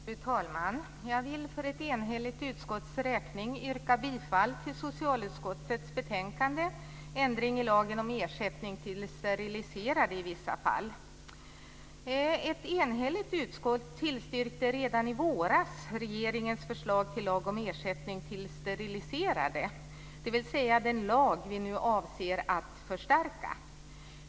Fru talman! Jag vill för ett enhälligt utskotts räkning yrka bifall till hemställan i socialutskottets betänkande Ändring i lagen om ersättning till steriliserade i vissa fall, m.m. Ett enhälligt utskott tillstyrkte redan i våras regeringens förslag till lag om ersättning till steriliserade, dvs. den lag vi nu avser att förstärka.